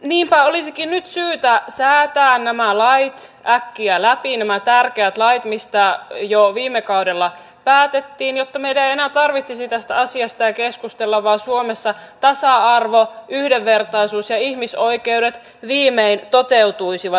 niinpä olisikin nyt syytä säätää nämä lait äkkiä läpi nämä tärkeät lait mistä jo viime kaudella päätettiin jotta meidän ei enää tarvitsisi tästä asiasta keskustella vaan suomessa tasa arvo yhdenvertaisuus ja ihmisoikeudet viimein toteutuisivat